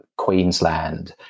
Queensland